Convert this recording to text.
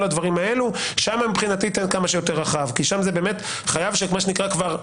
הדברים האלה שם מבחינתי תן כמה שיותר רחב כי שם זה באמת החייב כבר מטופל.